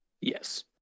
Yes